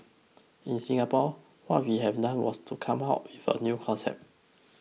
in Singapore what we have done was to come up with a concept